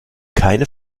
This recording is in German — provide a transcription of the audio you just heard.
keine